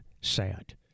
sad